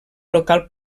local